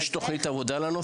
יש תוכנית עבודה בנושא?